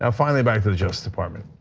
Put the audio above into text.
and finally back to the justice department.